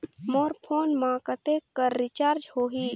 मोर phone मा कतेक कर रिचार्ज हो ही?